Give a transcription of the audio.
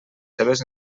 seves